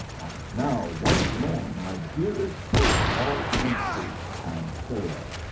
and now once more my dearest hope falls empty and stale.